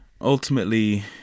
ultimately